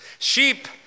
Sheep